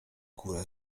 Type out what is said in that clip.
góra